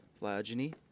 phylogeny